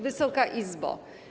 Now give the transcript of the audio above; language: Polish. Wysoka Izbo!